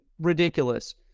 ridiculous